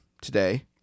today